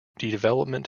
development